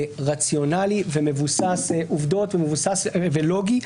רציונלי ומבוסס עובדות ולוגי,